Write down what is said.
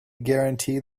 guarantee